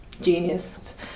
genius